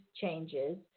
changes